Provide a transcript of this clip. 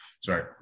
Sorry